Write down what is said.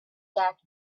that